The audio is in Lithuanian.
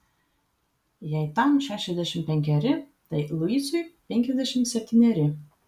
jei tam šešiasdešimt penkeri tai luisui penkiasdešimt septyneri